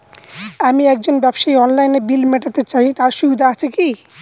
আমি একজন ব্যবসায়ী অনলাইনে বিল মিটাতে চাই তার সুবিধা আছে কি?